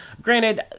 Granted